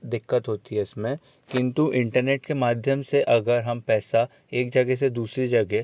दिक्कत होती है इसमें किंतु इंटरनेट के माध्यम से अगर हम पैसा एक जगह से दूसरी जगह